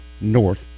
North